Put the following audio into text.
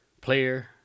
player